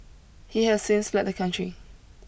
he has since fled the country